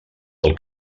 del